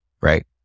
right